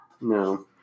No